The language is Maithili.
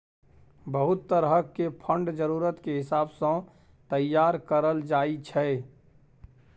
बहुत तरह के फंड जरूरत के हिसाब सँ तैयार करल जाइ छै